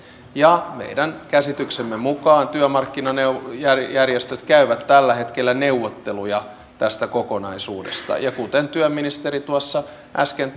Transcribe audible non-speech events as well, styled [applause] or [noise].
ja meidän käsityksemme mukaan työmarkkinajärjestöt käyvät tällä hetkellä neuvotteluja tästä kokonaisuudesta ja kuten työministeri tuossa äsken [unintelligible]